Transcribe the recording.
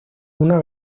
una